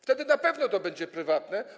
Wtedy na pewno to będzie prywatne.